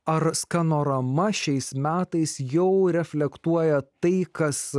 ar skanorama šiais metais jau reflektuoja tai kas